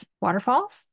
waterfalls